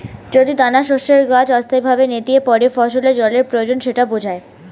যদি দানাশস্যের গাছ অস্থায়ীভাবে নেতিয়ে পড়ে ফসলের জলের প্রয়োজন সেটা বোঝায়